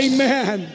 Amen